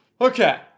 Okay